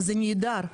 זה נהדר,